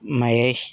Mahesh